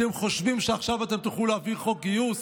אתם חושבים שעכשיו אתם תוכלו להעביר חוק גיוס?